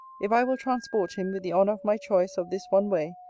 if i will transport him with the honour of my choice of this one way,